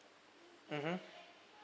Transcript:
mmhmm